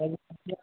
कब चाहिए